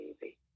baby